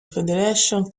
federation